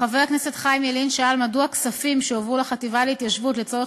חבר הכנסת חיים ילין שאל מדוע כספים שהועברו לחטיבה להתיישבות לצורך